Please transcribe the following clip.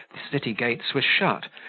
the city gates were shut,